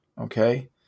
okay